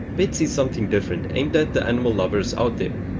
pets is something different aimed at the animal lovers out there.